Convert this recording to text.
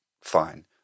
fine